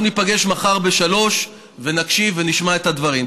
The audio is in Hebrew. אנחנו ניפגש מחר ב-15:00 ונקשיב ונשמע את הדברים.